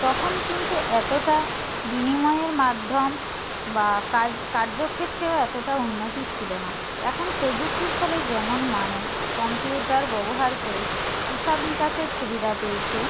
তখন কিন্তু এতটা বিনিময়ের মাধ্যম বা কাজ কার্যক্ষেত্রেও এতটা উন্নতি ছিল না এখন প্রযুক্তির ফলে যেমন মানুষ কম্পিউটার ব্যবহার করে হিসাব নিকাশের সুবিধা পেয়েছে